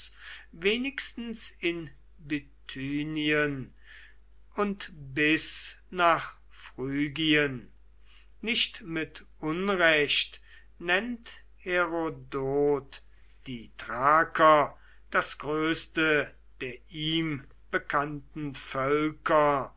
wenigstens in bithynien und bis nach phrygien nicht mit unrecht nennt herodot die thraker das größte der ihm bekannten völker